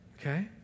Okay